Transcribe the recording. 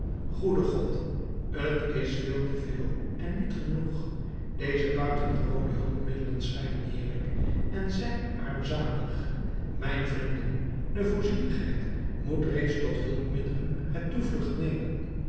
goede god t is te veel en niet genoeg deze buitengewone hulpmiddelen schijnen heerlijk en zijn armzalig mijn vrienden de voorzienigheid moet reeds tot hulpmiddelen haar toevlucht nemen